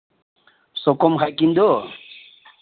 ꯁꯣꯀꯣꯝ ꯍꯥꯏꯛꯀꯤꯡꯗꯣ